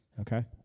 okay